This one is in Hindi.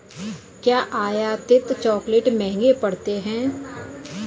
क्या आयातित चॉकलेट महंगे पड़ते हैं?